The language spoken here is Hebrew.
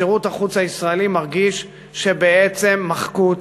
שירות החוץ הישראלי מרגיש שבעצם מחקו אותו.